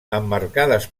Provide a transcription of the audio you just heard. emmarcades